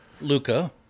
Luca